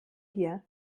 hier